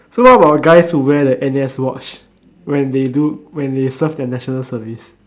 so what about guys who wear the n_s watch when the do when they serve their national service